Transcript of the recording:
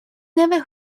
never